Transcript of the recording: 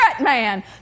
man